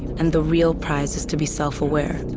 and the real prize is to be self-aware.